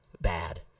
Bad